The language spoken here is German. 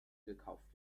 gekauft